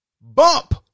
Bump